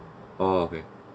oh okay